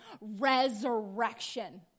resurrection